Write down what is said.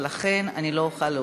ולכן אני לא אוכל להוסיף.